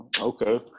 okay